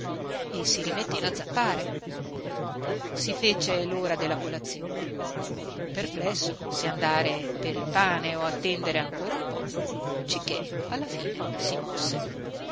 e si rimetteva a zappare si fece l'ora della colazione perplesso se andare per il pane o attendere ancora un po cichè alla fine si mosse